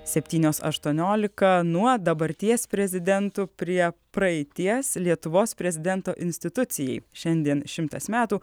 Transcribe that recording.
septynios aštuoniolika nuo dabarties prezidentų prie praeities lietuvos prezidento institucijai šiandien šimtas metų